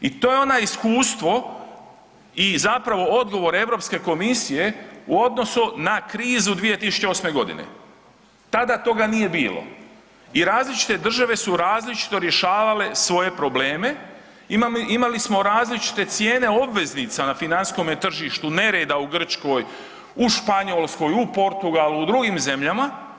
I to je onaj iskustvo i zapravo odgovor Europske komisije u odnosu na krizu 2008.g., tada toga nije bilo i različite države su različito rješavale svoje probleme, imali smo različite cijene obveznica na financijskome tržištu, nereda u Grčkoj, u Španjolskoj, u Portugalu, u drugim zemljama.